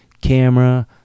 camera